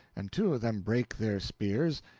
and two of them brake their spears,